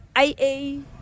IA